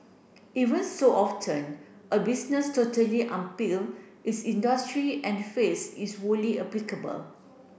even so often a business totally its industry and phrase is wholly applicable